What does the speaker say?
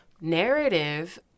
narrative